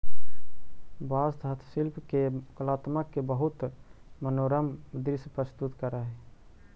बाँस हस्तशिल्पि के कलात्मकत के बहुत मनोरम दृश्य प्रस्तुत करऽ हई